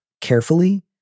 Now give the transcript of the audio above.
carefully